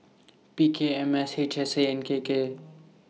P K M S H S A and K K